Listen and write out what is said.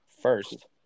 First